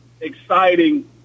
exciting